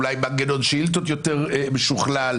אולי מנגנון שאילתות יותר משוכלל,